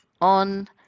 on